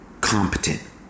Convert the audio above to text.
competent